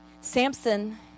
Samson